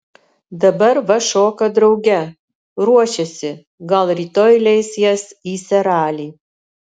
dabar va šoka drauge ruošiasi gal rytoj leis jas į seralį